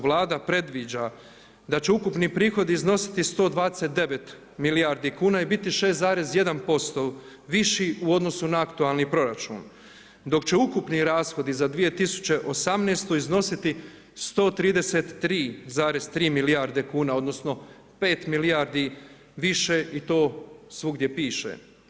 Vlada predviđa da će ukupni prihodi iznositi 129 milijardi kuna i biti 6,1% viši u odnosu na aktualni proračun, dok će ukupni rashodi za 2018. iznositi 133,3 milijarde kuna, odnosno 5 milijardi više i to svugdje piše.